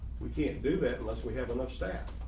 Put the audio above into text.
we can't do that unless we have enough staff.